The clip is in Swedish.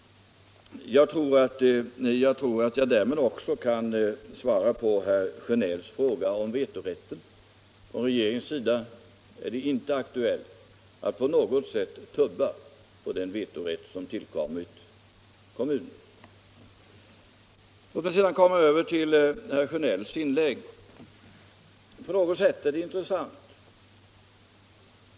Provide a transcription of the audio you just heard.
Jag tror att jag därmed också kan svara på herr Sjönells fråga om vetorätten. Det är inte för regeringen aktuellt att på något sätt tumma på den vetorätt som tillkommit kommunen. Herr Sjönells inlägg i övrigt är på något sätt intressant.